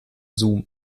zoom